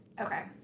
Okay